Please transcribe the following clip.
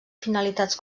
finalitats